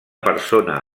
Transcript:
persona